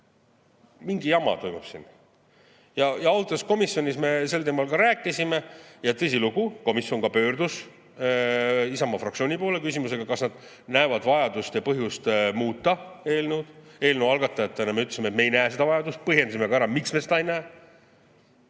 mingi jama toimub siin! Ausalt öeldes komisjonis me sel teemal ka rääkisime. Ja tõsilugu, komisjon pöördus Isamaa fraktsiooni poole küsimusega, kas me näeme vajadust ja põhjust muuta eelnõu. Eelnõu algatajatena me ütlesime, et me ei näe seda vajadust, põhjendasime ka ära, miks me seda ei näe.